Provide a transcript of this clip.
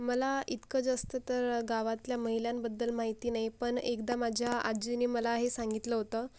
मला इतकं जास्त तर गावातल्या महिलांबद्दल माहिती नाही पण एकदा माझ्या आज्जीने मला हे सांगितलं होतं